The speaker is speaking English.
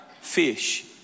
fish